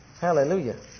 Hallelujah